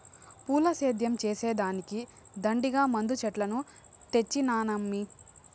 పూల సేద్యం చేసే దానికి దండిగా మందు చెట్లను తెచ్చినానమ్మీ